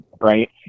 right